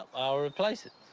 i'll replace it.